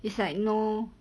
it's like no